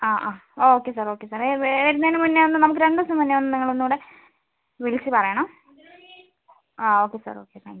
ആ ആ okay sir okay sir ഏഹ് വരുന്നതിന് മുന്നേ ഒന്ന് നമുക്ക് രണ്ടുദിവസം മുന്നേ ഒന്ന് നിങ്ങൾ ഒന്നുകൂടി വിളിച്ചു പറയണം ആ okay sir okay thank you